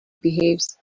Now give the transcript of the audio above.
behaves